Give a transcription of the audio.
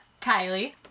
Kylie